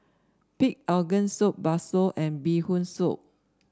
Pig Organ Soup bakso and Bee Hoon Soup